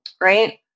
right